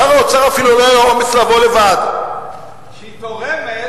שר האוצר, לא היה לו אומץ לבוא לבד, שהיא תורמת